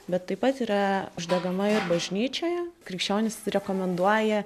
bet taip pat yra uždegama ir bažnyčioje krikščionys rekomenduoja